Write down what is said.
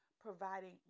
providing